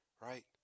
right